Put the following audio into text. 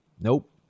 Nope